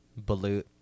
balut